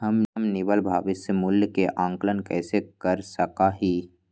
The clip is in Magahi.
हम निवल भविष्य मूल्य के आंकलन कैसे कर सका ही?